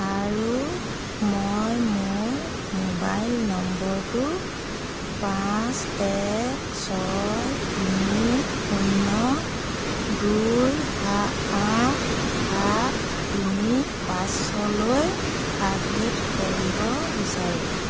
আৰু মই মোৰ মোবাইল নম্বৰটো পাঁচ এক ছয় তিনি শূন্য দুই সা আঠ সাত তিনি পাঁচলৈ আপডে'ট কৰিব বিচাৰোঁ